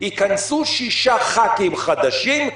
ייכנסו שישה חברי כנסת חדשים,